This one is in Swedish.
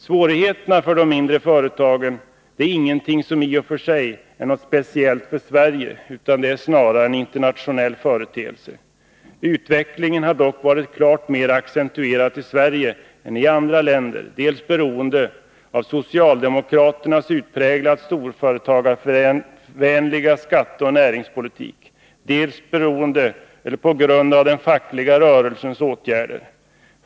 Att de mindre företagen har svårigheter är i och för sig ingenting speciellt för Sverige — det är snarare en internationell företeelse. Utvecklingen har dock varit klart mera accentuerad i Sverige än i andra länder, dels beroende på socialdemokraternas utpräglat storföretagarvänliga skatteoch näringspolitik, dels på grund av den fackliga rörelsens åtgärder.